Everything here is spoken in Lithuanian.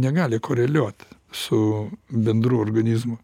negali koreliuot su bendru organizmu